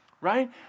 right